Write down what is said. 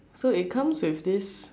so it comes with this